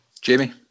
Jamie